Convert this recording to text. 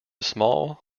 small